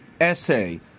essay